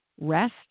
rest